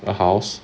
a house